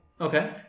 Okay